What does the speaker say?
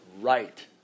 Right